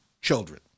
children